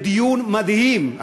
בדיון מדהים,